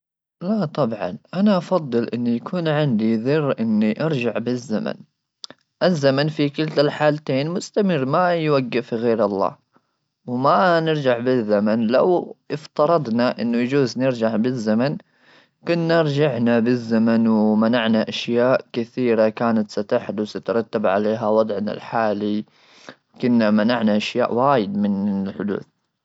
لا طبعا انا افضل ان يكون عندي ظر اني ارجع بالزمن ,الزمن في كلتا الحالتين مستمر ما يوقف غير الله ,وما نرجع بالزمن لو افترضنا انه يجوز نرجع بالزمن كنا رجعنا بالزمن ومنعنا اشياء كثيره كانت ستحدث تترتب عليها وضعنا الحالي كنا منعنا اشياء وايد من حدوث.